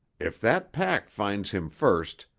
if that pack finds him first,